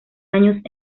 años